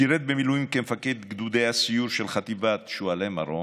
שירת במילואים כמפקד גדודי הסיור של חטיבת "שועלי מרום"